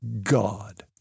God